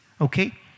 okay